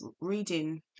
reading